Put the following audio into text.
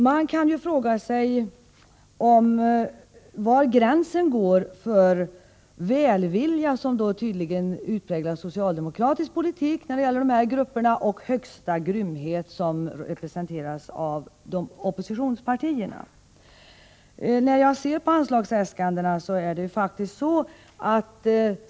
Man kan fråga sig var gränsen går mellan välvilja, som tydligen utmärker socialdemokratisk politik när det gäller dessa grupper, och högsta grymhet, som representeras av oppositionspartierna.